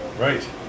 right